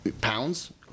pounds